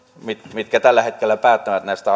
mitkä tällä hetkellä päättävät näistä